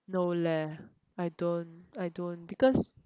no leh I don't I don't because